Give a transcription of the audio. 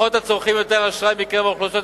לקוחות הצורכים יותר אשראי מקרב האוכלוסיות